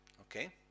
Okay